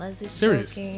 serious